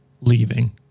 leaving